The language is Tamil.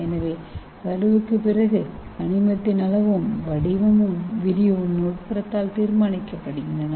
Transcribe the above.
எனவே கருவுக்குப் பிறகு கனிமத்தின் அளவும் வடிவமும் விரியோனின் உட்புறத்தால் தீர்மானிக்கப்படுகின்றன